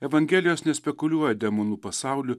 evangelijos nespekuliuoja demonų pasauliu